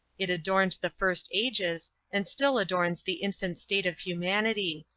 it adorned the first ages, and still adorns the infant state of humanity.